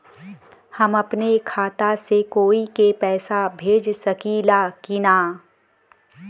हम अपने खाता से कोई के पैसा भेज सकी ला की ना?